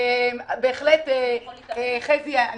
חזי לוי,